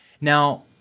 Now